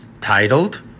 titled